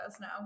now